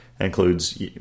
includes